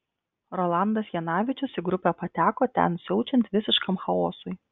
rolandas janavičius į grupę pateko ten siaučiant visiškam chaosui